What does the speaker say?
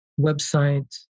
website